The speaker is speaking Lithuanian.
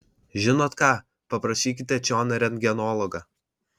žinot ką paprašykite čion rentgenologą